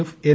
F N